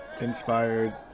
inspired